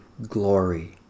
Glory